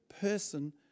person